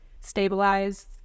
stabilize